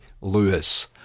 Lewis